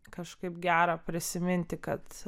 kažkaip gera prisiminti kad